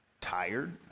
tired